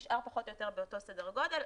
נשאר פחות או יותר באותו סדר גודל,